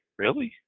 really?